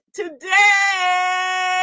today